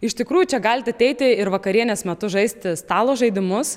iš tikrųjų čia galit ateiti ir vakarienės metu žaisti stalo žaidimus